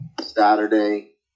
Saturday